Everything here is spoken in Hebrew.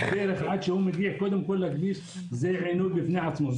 עד שהוא מגיע לכביש זה עינוי בפני עצמו.